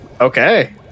Okay